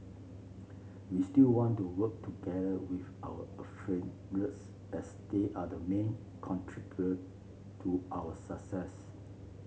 we still want to work together with our as they are the main contribute to our success